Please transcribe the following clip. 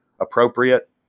appropriate